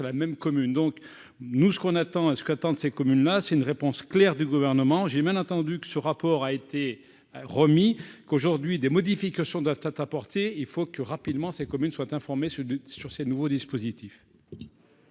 la même commune, donc nous ce qu'on attend à ce qu'attendent ces communes-là, c'est une réponse claire du gouvernement, j'ai bien entendu que ce rapport a été remis qu'aujourd'hui des modifications doivent apporter, il faut que rapidement ces communes soient informés sur sur ces nouveaux dispositifs.